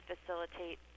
facilitate